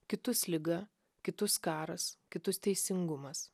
kitus liga kitus karas kitus teisingumas